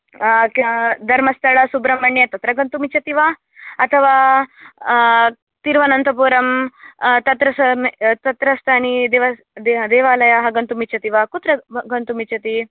धर्मस्तळ सुब्रमण्य तत्र गन्तुं इच्छति वा अतवा तिरुवनन्तपुरं तत्र सं तत्रस्थानि देवस् देवालयाः गन्तुं इच्छति वा कुत्र गन्तुं इच्छति